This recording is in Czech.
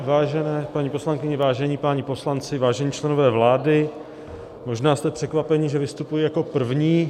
Vážené paní poslankyně, vážení páni poslanci, vážení členové vlády, možná jste překvapeni, že vystupuji jako první.